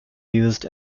used